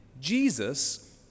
Jesus